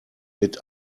mit